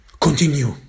continue